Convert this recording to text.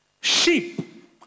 Sheep